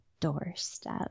doorstep